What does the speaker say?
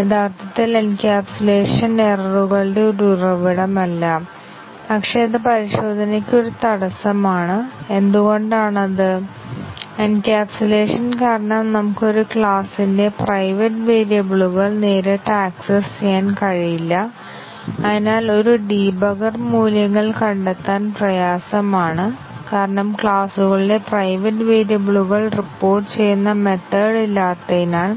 യഥാർത്ഥത്തിൽ എൻക്യാപ്സുലേഷൻ എററുകളുടെ ഒരു ഉറവിടമല്ല പക്ഷേ അത് പരിശോധനയ്ക്ക് ഒരു തടസ്സമാണ് എന്തുകൊണ്ടാണ് അത് എൻക്യാപ്സുലേഷൻ കാരണം നമുക്ക് ഒരു ക്ലാസിന്റെ പ്രൈവറ്റ് വേരിയബിളുകൾ നേരിട്ട് ആക്സസ് ചെയ്യാൻ കഴിയില്ല അതിനാൽ ഒരു ഡീബഗ്ഗർ മൂല്യങ്ങൾ കണ്ടെത്താൻ പ്രയാസമാണ് കാരണം ക്ലാസുകളുടെ പ്രൈവറ്റ് വേരിയബിളുകൾ റിപ്പോർട്ടുചെയ്യുന്ന മെത്തേഡ് ഇല്ലാത്തതിനാൽ